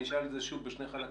אני אשאל את זה שוב בשני חלקים.